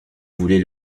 voulez